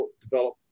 develop